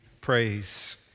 praise